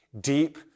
deep